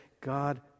God